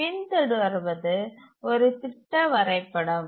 பின்தொடர்வது ஒரு திட்ட வரைபடம்